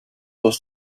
was